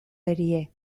erie